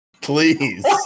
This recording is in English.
Please